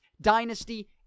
dynasty